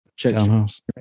townhouse